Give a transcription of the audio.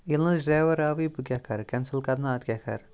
ییٚلہِ نہٕ حظ ڈریوَر آوٕے بہٕ کیاہ کَرٕ کٮ۪نسٕل کَرٕ نہٕ اَدٕ کیاہ کَرٕ